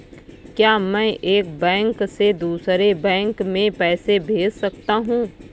क्या मैं एक बैंक से दूसरे बैंक में पैसे भेज सकता हूँ?